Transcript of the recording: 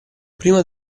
prima